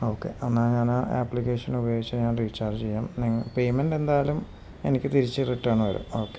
okay എന്നാല് ഞാന് application ഉപയോഗിച്ച് ഞാൻ റീചാർജ് ചെയ്യാം പേയ്മെൻറ് എന്തായാലും എനിക്കു തിരിച്ച് റിട്ടേൺ വരും ഓക്കെ